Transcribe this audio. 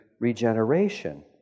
regeneration